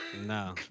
No